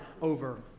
over